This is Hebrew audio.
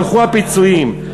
הלכו הפיצויים.